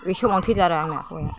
बै समावनो थैदों आरो आंना हौवाया